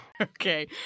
Okay